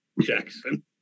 Jackson